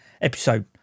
episode